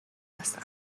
است